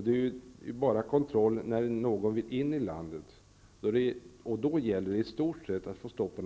Det är kontroll bara när någon vill in i landet, och då gäller det i stort sett bara att få stopp på